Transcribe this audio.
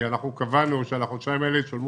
אנחנו קבענו שעל החודשיים האלה ישולמו